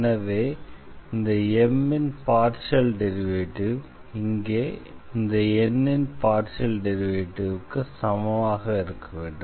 எனவே இந்த M இன் பார்ஷியல் டெரிவேட்டிவ் இங்கே இந்த N இன் பார்ஷியல் டெரிவேட்டிவ்க்கு சமமாக இருக்க வேண்டும்